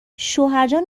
شوهرجان